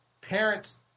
parents